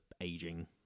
aging